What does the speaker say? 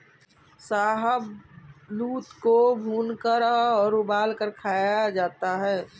शाहबलूत को भूनकर और उबालकर खाया जाता है